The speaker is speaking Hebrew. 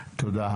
תודה.